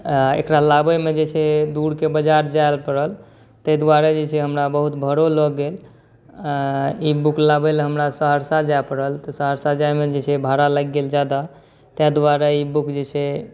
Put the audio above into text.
आओर एकरा लाबैमे जे छै दूरके बजार जाइ पड़ल ताहि दुआरे जे छै हमरा बहुत भाड़ो लगि गेल आओर ई बुक लाबैलए हमरा सहरसा जाइ पड़ल तऽ सहरसा जाइमे जे छै भाड़ा लागि गेल ज्यादा ताहि दुआरे ई बुक जे छै